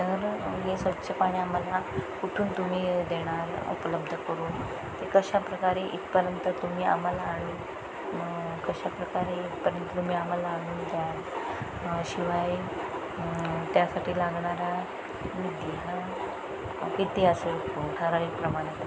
तर हे स्वच्छ पाणी आम्हाला कुठून तुम्ही देणार उपलब्ध करून ते कशाप्रकारे इथपर्यंत तुम्ही आम्हाला आणून कशाप्रकारे एकपर्यंत तुम्ही आम्हाला आढून द्याल शिवाय त्यासाठी लागणारा विधि हा विधि असेल ठराविक प्रमाणात